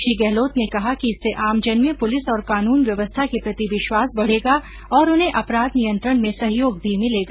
श्री गहलोत ने कहा कि इससे आमजन में पुलिस और कानून व्यवस्था के प्रति विश्वास बढेगा और उन्हें अपराध नियंत्रण में सहयोग भी मिलेगा